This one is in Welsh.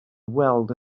weld